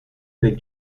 del